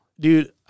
Dude